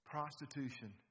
Prostitution